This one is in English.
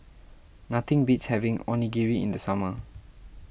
nothing beats having Onigiri in the summer